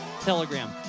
Telegram